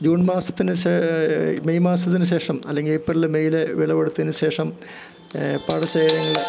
June മാസത്തിന് ശേ May മാസത്തിനു ശേഷം അല്ലെങ്കി ഏപ്രിൽ മെയ്ലേ വിളവെടുത്തതിനുശേഷം പാടശേഖരങ്ങള്